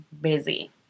busy